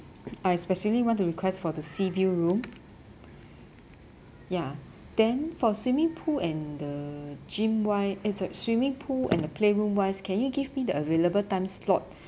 I especially want to request for the seaview room ya then for swimming pool and the gym wi~ eh sorry the swimming pool and the playroom wise can you give me the available time slot